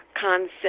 concept